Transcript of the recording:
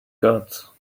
got